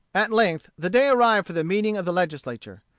at length the day arrived for the meeting of the legislature.